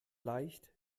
leicht